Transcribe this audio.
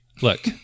Look